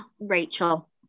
Rachel